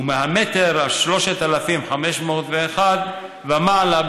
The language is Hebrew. ומהמטר ה-3,501 ומעלה,